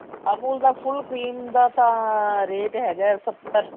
ਅਮੁਲ ਦਾ full cream ਦਾ ਤਾਂ ਰੇਟ ਹੈਗਾ ਸੱਤਰ